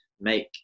make